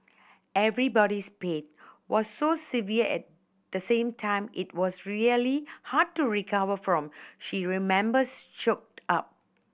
everybody's pain was so severe at the same time it was really hard to recover from she remembers choked up